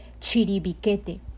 Chiribiquete